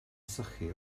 sychu